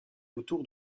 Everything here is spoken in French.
autour